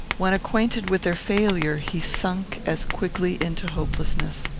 when acquainted with their failure, he sunk as quickly into hopelessness.